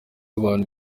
abantu